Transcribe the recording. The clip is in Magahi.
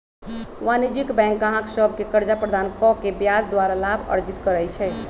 वाणिज्यिक बैंक गाहक सभके कर्जा प्रदान कऽ के ब्याज द्वारा लाभ अर्जित करइ छइ